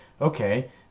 okay